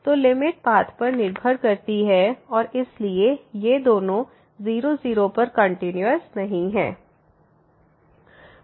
तो limit path पर निर्भर करती है और इसलिए ये दोनों 0 0 पर कंटीन्यूअस नहीं हैं